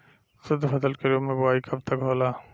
शुद्धफसल के रूप में बुआई कब तक होला?